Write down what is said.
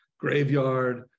graveyard